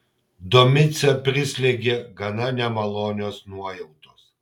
domicę prislėgė gana nemalonios nuojautos